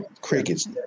Crickets